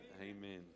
Amen